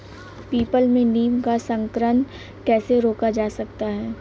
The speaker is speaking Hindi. पीपल में नीम का संकरण कैसे रोका जा सकता है?